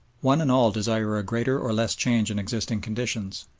one and all desire a greater or less change in existing conditions,